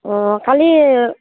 অঁ কালি